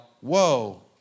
whoa